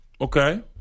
Okay